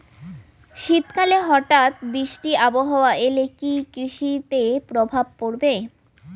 শীত কালে হঠাৎ বৃষ্টি আবহাওয়া এলে কি কৃষি তে প্রভাব পড়বে?